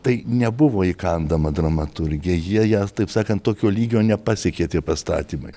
tai nebuvo įkandama dramaturgija jie ją taip sakant tokio lygio nepasiekė tie pastatymai